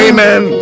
Amen